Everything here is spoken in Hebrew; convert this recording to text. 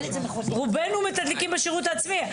רובנו מתדלקים בשירות העצמי.